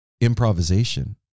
improvisation